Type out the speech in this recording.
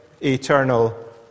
eternal